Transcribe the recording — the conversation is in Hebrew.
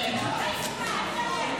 ליבה וביטול מוסדות הפטור (תיקוני חקיקה),